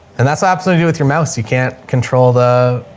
and that's obviously to do with your mouse. you can't control the,